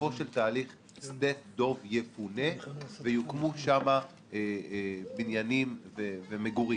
שבסופו של תהליך שדה דב יפונה ויוקמו שם בניינים ומגורים,